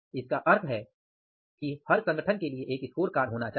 इसका अर्थ है कि हर संगठन के लिए एक स्कोरकार्ड होना चाहिए